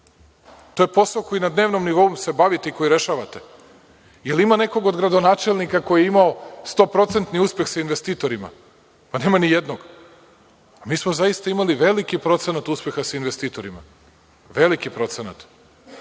To je posao koji na dnevnom nivou se bavite i rešavate. Da li ima nekog od gradonačelnika koji je imao 100% uspeh sa investitorima. Pa, nema nijednog. A mi smo zaista imali veliki procenat uspeha sa investitorima, veliki procenat.